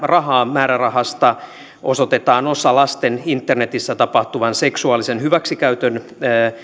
rahaa määrärahasta osoitetaan osa lasten internetissä tapahtuvan seksuaalisen hyväksikäytön